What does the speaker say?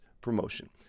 promotion